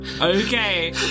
Okay